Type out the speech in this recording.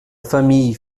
famille